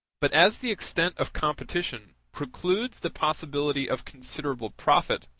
but as the extent of competition precludes the possibility of considerable profit,